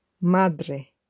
Madre